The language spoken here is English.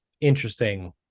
interesting